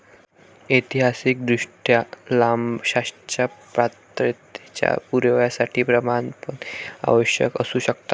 ऐतिहासिकदृष्ट्या, लाभांशाच्या पात्रतेच्या पुराव्यासाठी प्रमाणपत्रे आवश्यक असू शकतात